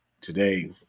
today